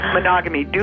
Monogamy